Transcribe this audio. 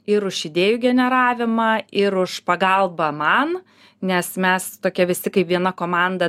ir už idėjų generavimą ir už pagalbą man nes mes tokie visi kaip viena komanda